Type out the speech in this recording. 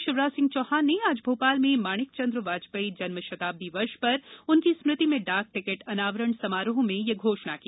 मुख्यमंत्री शिवराज सिंह चौहान ने आज भोपाल में माणिकचंद्र वाजपेयी जन्मशताब्दी वर्ष पर उनकी स्मृति में डाक टिकट अनावरण समारोह में यह घोषणा की